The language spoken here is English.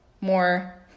more